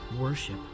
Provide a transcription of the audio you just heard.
worship